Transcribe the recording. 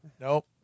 Nope